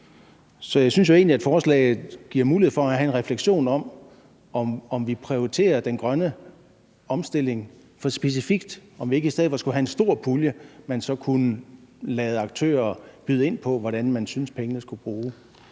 Så jeg synes jo egentlig, at forslaget giver mulighed for at have en refleksion af, om vi prioriterer den grønne omstilling for specifikt, og om ikke vi i stedet for skulle have en stor pulje, som man så kunne lade aktører byde ind på, i forhold til hvordan de synes pengene skulle bruges.